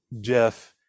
Jeff